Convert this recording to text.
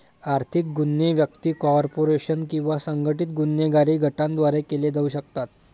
आर्थिक गुन्हे व्यक्ती, कॉर्पोरेशन किंवा संघटित गुन्हेगारी गटांद्वारे केले जाऊ शकतात